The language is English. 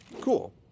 Cool